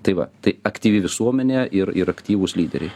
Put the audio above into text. tai va tai aktyvi visuomenė ir ir aktyvūs lyderiai